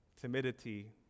timidity